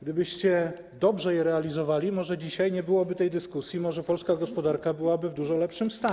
Gdybyście dobrze je realizowali, może dzisiaj nie byłoby tej dyskusji, może polska gospodarka byłaby w dużo lepszym stanie.